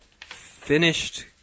finished